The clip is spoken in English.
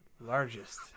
largest